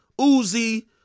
Uzi